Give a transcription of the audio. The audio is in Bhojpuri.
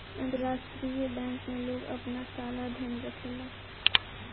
अंतरराष्ट्रीय बैंक में लोग आपन काला धन रखेला